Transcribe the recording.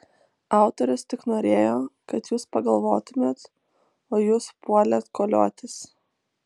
autorius tik norėjo kad jūs pagalvotumėt o jūs puolėt koliotis